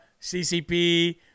CCP